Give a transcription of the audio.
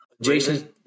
jason